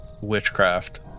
witchcraft